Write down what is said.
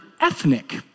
ethnic